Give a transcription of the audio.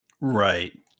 Right